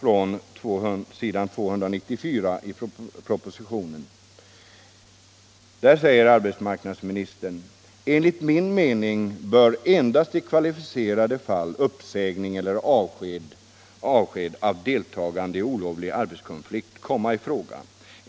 I s. 294, säger arbetsmarknadsministern så här: ”Enligt min mening bör endast i särskilt kvalificerade fall uppsägning eller avsked av deltagande i olovlig arbetskonflikt komma i fråga.